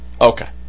Okay